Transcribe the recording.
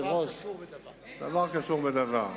דבר קשור בדבר.